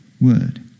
word